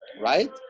right